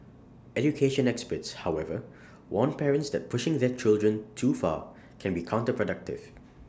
education experts however warn parents that pushing their children too far can be counterproductive